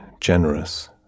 generous